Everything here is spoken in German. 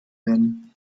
werden